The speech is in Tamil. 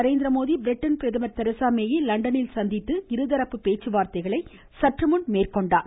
நரேந்திரமோடி பிரிட்டன் பிரதமர் தெரசா மேயை லண்டனில் சந்தித்து இருதரப்பு பேச்சுவார்த்தைகளை தற்போது மேற்கொண்டுள்ளார்